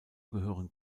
gehören